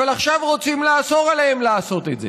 אבל עכשיו רוצים לאסור עליהם לעשות את זה.